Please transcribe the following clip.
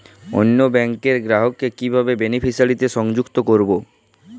অন্য ব্যাংক র গ্রাহক কে কিভাবে বেনিফিসিয়ারি তে সংযুক্ত করবো?